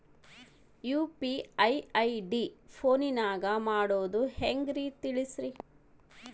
UPI ID ಫೋನಿನಾಗ ಮಾಡೋದು ಹೆಂಗ ತಿಳಿಸ್ರಿ?